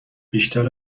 بیشتر